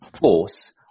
force